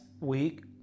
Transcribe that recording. week